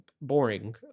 boring